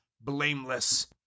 blameless